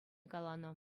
каланӑ